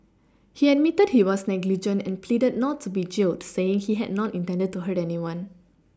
he admitted he was negligent and pleaded not to be jailed saying he had not intended to hurt anyone